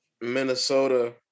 Minnesota